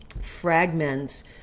fragments